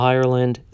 Ireland